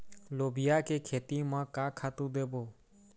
लोबिया के खेती म का खातू देबो?